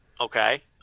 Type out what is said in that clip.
Okay